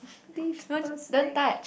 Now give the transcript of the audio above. dish or snack